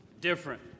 different